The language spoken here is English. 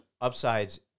upsides